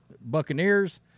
Buccaneers